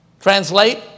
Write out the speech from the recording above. Translate